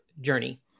journey